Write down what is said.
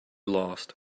lost